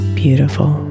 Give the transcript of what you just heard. beautiful